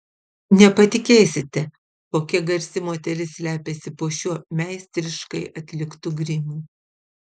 nepatikėsite kokia garsi moteris slepiasi po šiuo meistriškai atliktu grimu